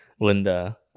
Linda